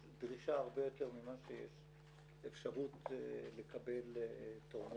יש דרישה הרבה יותר ממה שיש אפשרות לקבל תורמים.